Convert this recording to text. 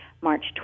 March